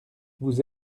vous